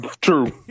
true